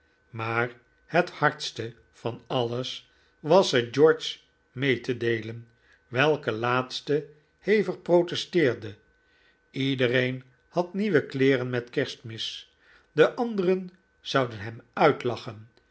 maar het hardste van alles was het george mee te deelen welke laatste hevig protesteerde ledereen had nieuwe kleeren met kerstmis de anderen zouden hem uitlachen